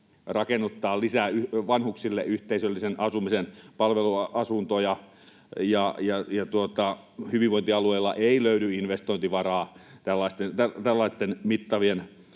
rakennuttaa lisää vanhuksille yhteisöllisen asumisen palveluasuntoja. Hyvinvointialueilta ei löydy investointivaraa tällaisten mittavien